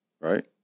Right